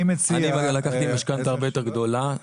אני לקחתי משכנתא הרבה יותר גדולה,